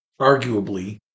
Arguably